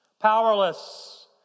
powerless